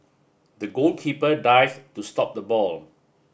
the goalkeeper dive to stop the ball